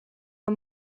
een